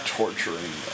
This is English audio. torturing